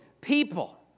people